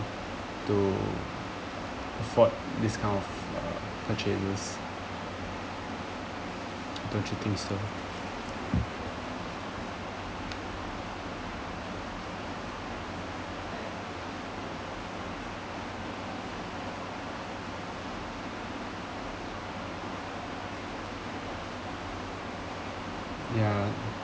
to afford this kind of uh purchases don't you think so ya